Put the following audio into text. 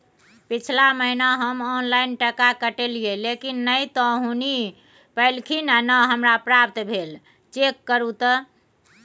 पिछला महीना हम ऑनलाइन टका कटैलिये लेकिन नय त हुनी पैलखिन न हमरा प्राप्त भेल, चेक करू त?